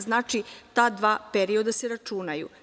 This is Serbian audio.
Znači, ta dva perioda se računaju.